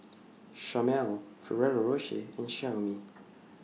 Chomel Ferrero Rocher and Xiaomi